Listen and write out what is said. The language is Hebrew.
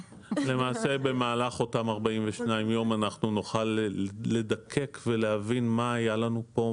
למעשה במהלך אותם 42 יום אנחנו נוכל לדקק ולהבין מה היה לנו פה,